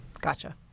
Gotcha